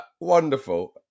wonderful